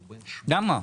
למה?